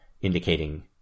indicating